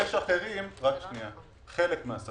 זה חלק מן העסקים,